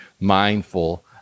mindful